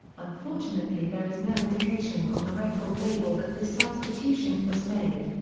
unfortunately there is no indication on the record label that this substitution was made.